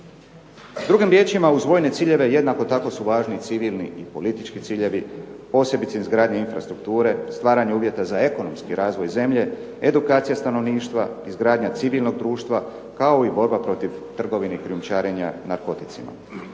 Drugim riječima, uz vojne ciljeve jednako tako su važni civilni i politički ciljevi. Posebice izgradnja infrastrukture, stvaranje uvjeta za ekonomski razvoj zemlje, edukacija stanovništva, izgradnja civilnog društva kao i borba protiv trgovine krijumčarenja narkoticima.